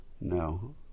no